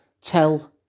tell